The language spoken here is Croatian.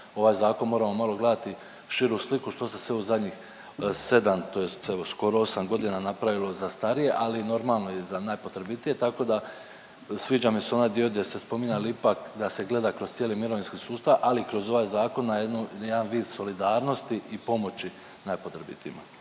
Ovaj zakon moramo malo gledati širu sliku što se sve u zadnjih 7, tj. evo skoro osam godina napravilo za starije, ali normalno i za najpotrebitije, tako da sviđa mi se onaj dio gdje ste spominjali ipak da se gleda kroz cijeli mirovinski sustav ali i kroz ovaj zakon na jedan vid solidarnosti i pomoći najpotrebitijima.